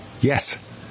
Yes